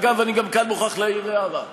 אגב, אני גם כאן מוכרח להעיר הערה: